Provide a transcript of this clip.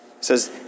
says